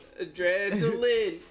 Adrenaline